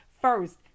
first